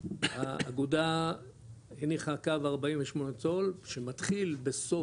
האגודה הניחה קו 48 צול שמתחיל בסוף,